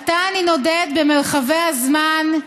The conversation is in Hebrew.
עתה אני נודד במרחבי הזמן,